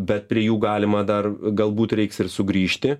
bet prie jų galima dar galbūt reiks ir sugrįžti